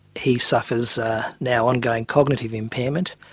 he suffers now ongoing cognitive impairment,